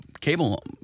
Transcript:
cable